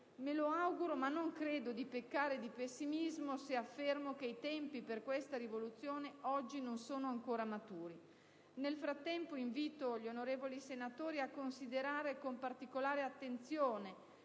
Me lo auguro, ma non credo di peccare di pessimismo se affermo che i tempi per questa rivoluzione oggi non sono ancora maturi. Nel frattempo, invito gli onorevoli senatori a considerare con particolare attenzione